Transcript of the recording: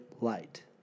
light